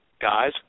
guys